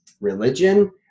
religion